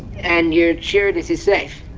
and you're sure this is safe?